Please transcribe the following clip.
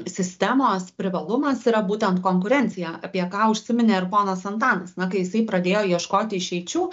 sistemos privalumas yra būtent konkurencija apie ką užsiminė ir ponas antanas na kai jisai pradėjo ieškoti išeičių